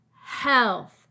health